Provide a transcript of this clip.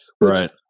Right